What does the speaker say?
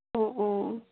অঁ অঁ